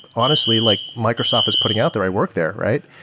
honestly, like microsoft is putting out there. i worked there, right?